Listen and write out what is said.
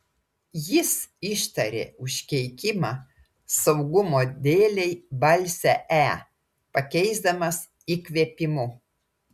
jis ištarė užkeikimą saugumo dėlei balsę e pakeisdamas įkvėpimu